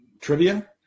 trivia